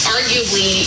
Arguably